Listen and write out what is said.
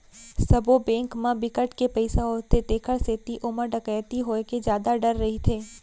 सबो बेंक म बिकट के पइसा होथे तेखर सेती ओमा डकैती होए के जादा डर रहिथे